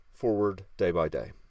forwarddaybyday